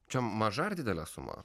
čia maža ar didelė suma